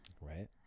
Right